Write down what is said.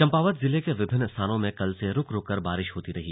चम्पावत जिले के विभिन्न स्थानों में कल से रुक रुक कर बारिश होती रही